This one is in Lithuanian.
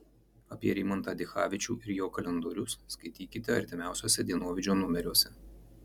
apie rimantą dichavičių ir jo kalendorius skaitykite artimiausiuose dienovidžio numeriuose